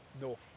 North